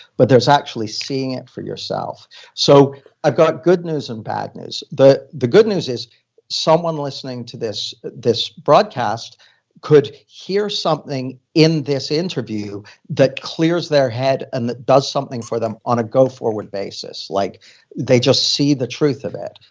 but there's actually seeing it for yourself so i've got good news and bad news. the the good news is someone listening to this this broadcast could hear something in this interview that clears their head, and it does something for them on go-forward basis. like they just see the truth of it.